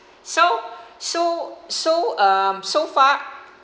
so so so um so far